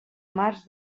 març